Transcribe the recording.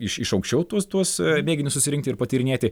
iš iš aukščiau tuos tuos mėginius susirinkti ir patyrinėti